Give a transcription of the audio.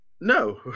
No